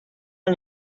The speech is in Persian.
منو